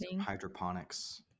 Hydroponics